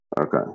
Okay